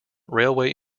railway